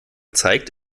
zeigt